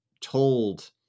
told